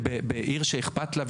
בעיר שאכפת לה,